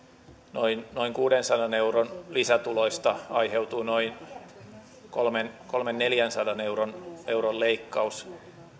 noin noin kuudensadan euron lisätuloista aiheutui noin kolmensadan viiva neljänsadan euron euron leikkaus